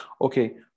Okay